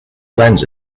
lends